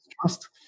trust